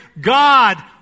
God